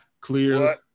clear